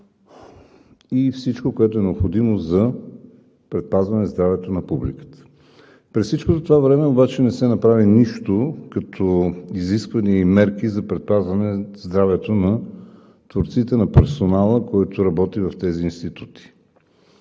и всичко, което е необходимо за предпазване здравето на публиката. През всичкото това време обаче не се направи нищо като изисквания и мерки за предпазване здравето на творците, на персонала, който работи в тези институти.